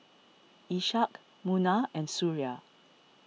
Ishak Munah and Suria